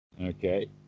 Okay